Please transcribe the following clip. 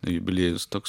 jubiliejus toks